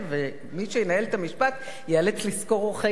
ומי שינהל את המשפט ייאלץ לשכור עורכי-דין